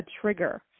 trigger